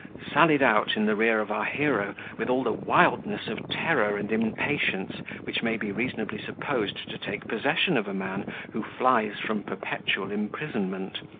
sallied out in the rear of our hero, with all the wildness of terror and impatience which may be reasonably supposed to take possession of a man who flies from perpetual imprisonment.